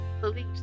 beliefs